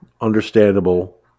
understandable